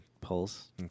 pulse